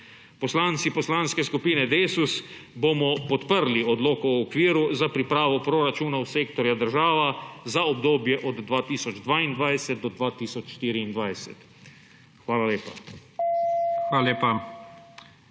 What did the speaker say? Poslanci Poslanske skupine Desus bomo podprli odlok o okviru za pripravo proračunov sektorja država za obdobje od 2022 do 2024. Hvala lepa.